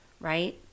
Right